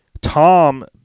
Tom